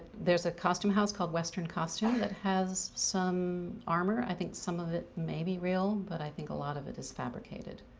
there's a costume house called western costume that has some armor. i think some of it may be real but i think a lot of it is fabricated.